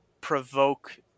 provoke